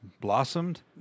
blossomed